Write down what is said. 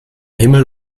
himmel